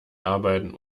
arbeiten